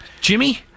Jimmy